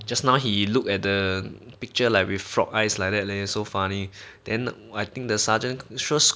just now he looked at the picture like with frog eyes like that leh so funny then I think the sergeant sure